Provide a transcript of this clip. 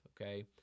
okay